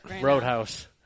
Roadhouse